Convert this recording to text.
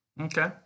Okay